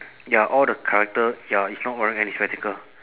ya all the character ya is not wearing any spectacle